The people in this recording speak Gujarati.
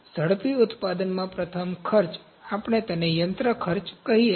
ઝડપી ઉત્પાદનમાં પ્રથમ ખર્ચ આપણે તેને યંત્ર ખર્ચ કહી શકીએ